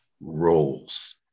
roles